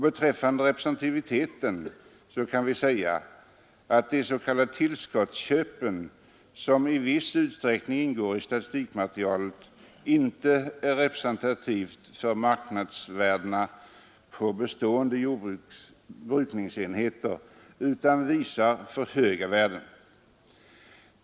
Beträffande representativiteten kan vi säga att de s.k. tillskottsköpen, som i viss utsträckning ingår i statistikmaterialet, inte är representativa för marknadsvärdena på bestående brukningsenheter utan visar för höga värden.